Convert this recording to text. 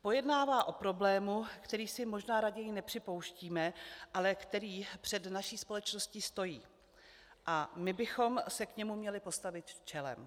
Pojednává o problému, který si možná raději nepřipouštíme, ale který před naší společností stojí, a my bychom se k němu měli postavit čelem.